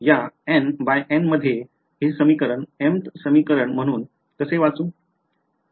या NxN मध्ये हे समीकरण mth समीकरण म्हणून कसे वाचू